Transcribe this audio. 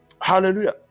Hallelujah